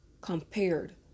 compared